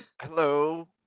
hello